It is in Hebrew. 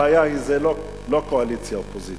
הבעיה היא לא קואליציה אופוזיציה,